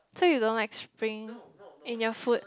so you don't like spring in your food